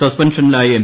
സസ്പെൻഷനിലായ M